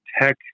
tech